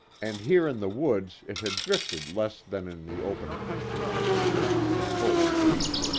and here in the woods it had drifted less than in the open country where the wind had a full sweep.